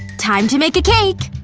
time to make a cake!